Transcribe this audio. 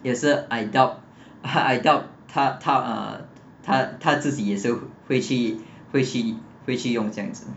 也是 I doubt I doubt 他他他 uh 他自己也是会去会去会去用这样子